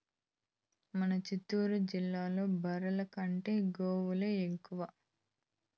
మన చిత్తూరు జిల్లాలో బర్రెల కంటే గోవులే ఎక్కువ